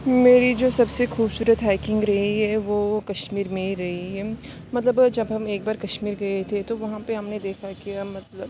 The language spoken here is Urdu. میری جو سب سے خوبصورت ہائکنگ رہی ہے وہ کشمیر میں ہی رہی ہے مطلب جب ہم ایک بار کشمیر گئے تھے تو وہاں پہ ہم نے دیکھا کہ مطلب